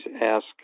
ask